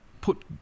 put